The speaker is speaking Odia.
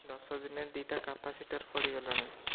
ଦଶଦିନରେ ଦୁଇଟା କାପାସିଟର୍ ପଡ଼ିଗଲାଣି